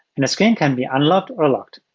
and the screen can be unlocked or locked.